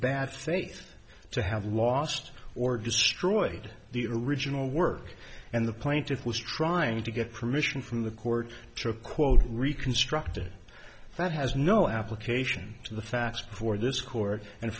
bad faith to have lost or destroyed the original work and the plaintiff was trying to get permission from the court should quote reconstructed that has no application to the facts before this court and